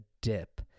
dip